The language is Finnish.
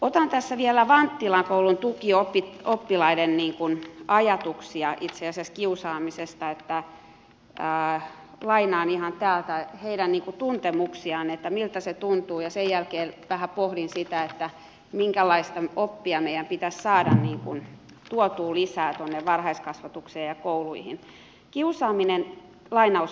otan tässä vielä vanttilan koulun tukioppilaiden ajatuksia itse asiassa kiusaamisesta lainaan ihan täältä heidän tuntemuksiaan miltä se tuntuu ja sen jälkeen vähän pohdin sitä minkälaista oppia meidän pitäisi saada tuotua lisää tuonne varhaiskasvatukseen ja kouluihin